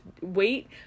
wait